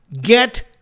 Get